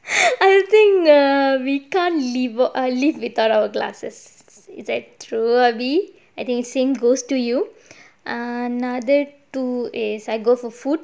I think err we can't live err live without our glasses is it true erby I think the same goes to you another two is I go for food